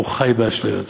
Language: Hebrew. הוא חי באשליות.